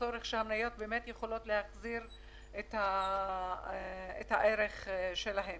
הצורך כשהמניות יכולות להחזיר את הערך שלהן.